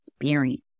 experience